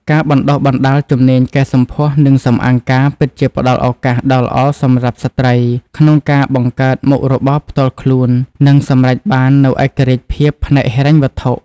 ការបណ្ដុះបណ្ដាលជំនាញកែសម្ផស្ស និងសម្អាងការពិតជាផ្តល់ឱកាសដ៏ល្អសម្រាប់ស្ត្រីក្នុងការបង្កើតមុខរបរផ្ទាល់ខ្លួន និងសម្រេចបាននូវឯករាជ្យភាពផ្នែកហិរញ្ញវត្ថុ។